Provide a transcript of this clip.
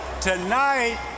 tonight